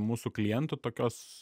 mūsų klientų tokios